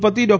કુલપતિ ડો